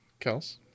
Kels